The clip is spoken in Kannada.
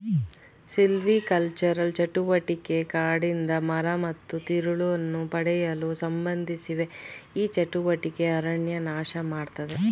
ಸಿಲ್ವಿಕಲ್ಚರಲ್ ಚಟುವಟಿಕೆ ಕಾಡಿಂದ ಮರ ಮತ್ತು ತಿರುಳನ್ನು ಪಡೆಯಲು ಸಂಬಂಧಿಸಿವೆ ಈ ಚಟುವಟಿಕೆ ಅರಣ್ಯ ನಾಶಮಾಡ್ತದೆ